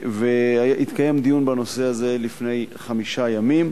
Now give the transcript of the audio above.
התקיים דיון בנושא הזה לפני חמישה ימים,